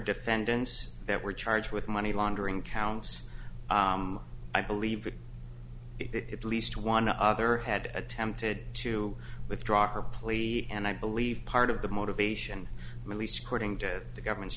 defendants that were charged with money laundering counts i believe it least one other had attempted to withdraw her plea and i believe part of the motivation at least according to the government